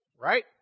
right